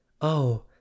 Oh